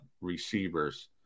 receivers